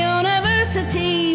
university